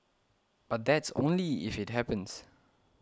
but that's only if it happens